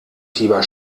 fieber